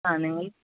ആ നിങ്ങൾ